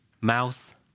mouth